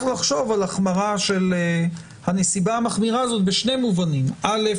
לחשוב על החמרה של הנסיבה המחמירה הזאת בשני מובנים: א',